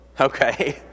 Okay